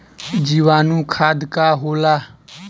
जीवाणु खाद का होला?